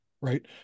Right